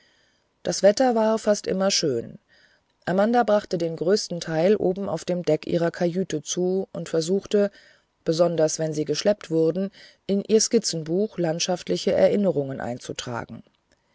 das wetter war fast immer schön amanda brachte den größten teil oben auf dem deck ihrer kajüte zu und versuchte besonders wenn sie geschleppt wurden in ihr skizzenbuch landschaftliche erinnerungen einzutragen